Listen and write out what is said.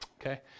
Okay